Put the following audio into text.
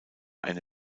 eine